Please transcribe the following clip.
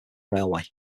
railway